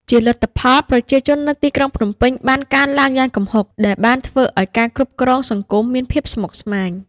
ជាលទ្ធផល ប្រជាជននៅទីក្រុងភ្នំពេញបានកើនឡើងយ៉ាងគំហុក ដែលបានធ្វើឲ្យការគ្រប់គ្រងសង្គមមានភាពស្មុគស្មាញ។